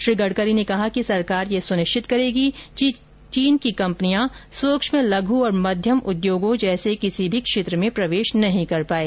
श्री गडकरी ने कहा कि सरकार यह सुनिश्चित करेगी कि चीन की कंपनियां सुक्ष्म लघ् और मध्यम उद्योगों जैसे किसी भी क्षेत्र में प्रवेश नहीं कर पायें